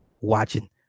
watching